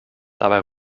dabei